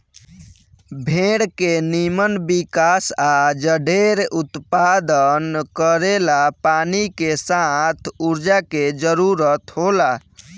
भेड़ के निमन विकास आ जढेर उत्पादन करेला पानी के साथ ऊर्जा के जरूरत होला